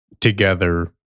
together